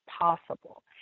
possible